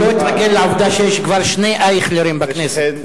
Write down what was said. הוא לא התרגל לעובדה שיש כבר שני אייכלרים בכנסת.